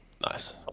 Nice